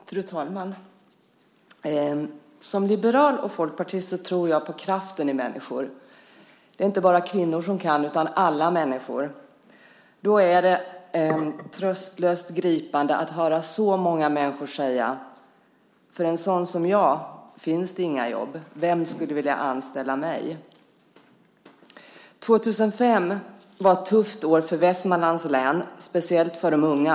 Fru talman! Som liberal och folkpartist tror jag på kraften i människor. Det är inte bara kvinnor som kan utan alla människor. Då är det tröstlöst gripande att höra så många människor säga: För en sådan som jag finns det inga jobb. Vem skulle vilja anställa mig? År 2005 var ett tufft år för Västmanlands län, speciellt för de unga.